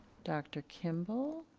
dr. kimball,